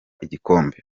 igikombe